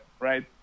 right